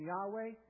Yahweh